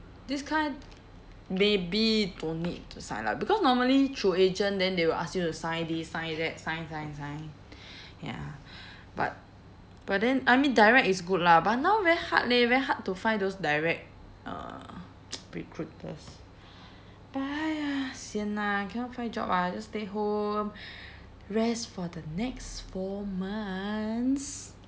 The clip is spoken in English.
this kind maybe don't need to sign lah because normally through agent then they will ask you to sign this sign that sign sign sign ya but but then I mean direct is good lah but now very hard leh very hard to find those direct uh recruiters !aiya! sian ah I cannot find job ah just stay home rest for the next four months